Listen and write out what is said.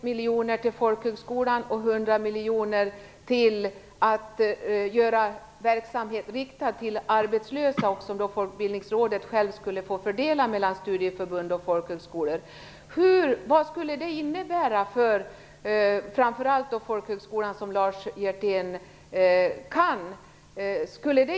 miljoner till folkhögskolan och 100 miljoner till riktad verksamhet för arbetslösa, som Folkbildningsrådet skall få fördela mellan studieförbund och folkhögskolor. Vad skulle det innebära för framför allt folkhögskolorna, som Lars Hjertén känner till?